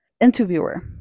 Interviewer